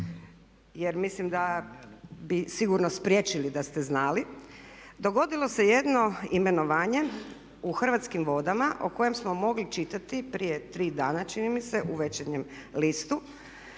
jer mislim da bi sigurno spriječili da ste znali. Dogodilo se jedno imenovanje u Hrvatskim vodama o kojem smo mogli čitati prije tri dana čini mi se u Večernjem listu,